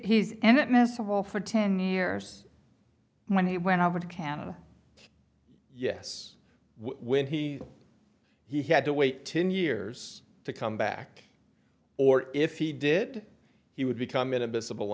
he's and that mess hall for ten years when he went over to canada yes when he he had to wait ten years to come back or if he did he would become in